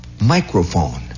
microphone